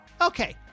okay